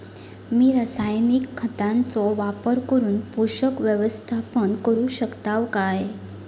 मी रासायनिक खतांचो वापर करून पोषक व्यवस्थापन करू शकताव काय?